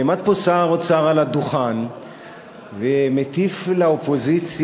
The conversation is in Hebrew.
נעמד פה שר אוצר על הדוכן ומטיף לאופוזיציה